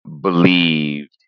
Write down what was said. believed